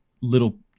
little